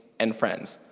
and friends.